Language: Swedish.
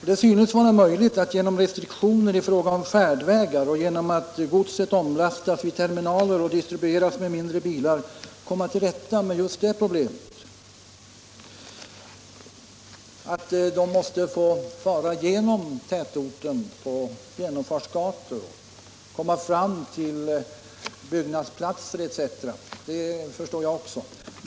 Det synes vara möjligt att genom restriktioner om färdvägar och genom att godset omlastas vid terminaler och distribueras med mindre bilar komma till rätta med problemen. Att lastbilarna måste få fara genom tätorter på genomfartsgator, komma fram till byggnadsplatser etc., förstår jag också.